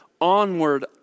onward